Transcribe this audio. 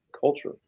culture